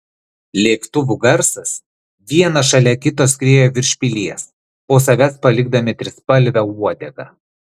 lėktuvų garsas vienas šalia kito skriejo virš pilies po savęs palikdami trispalvę uodegą